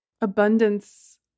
abundance